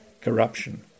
corruption